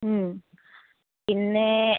മ് പിന്നെ